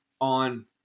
on